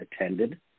attended